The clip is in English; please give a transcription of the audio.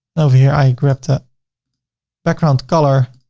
over here, i grabbed a background color,